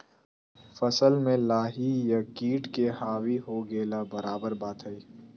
फसल में लाही या किट के हावी हो गेला बराबर बात हइ